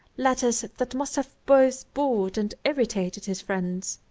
letters that must have both bored and irritated his friends.